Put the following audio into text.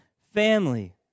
family